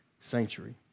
sanctuary